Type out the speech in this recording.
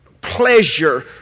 pleasure